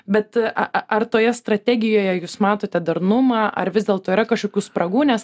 bet ar toje strategijoje jūs matote darnumą ar vis dėlto yra kažkokių spragų nes